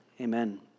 Amen